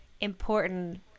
important